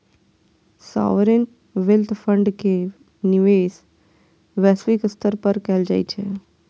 sovereign wealth fund के निवेश वैश्विक स्तर पर कैल जाइ छै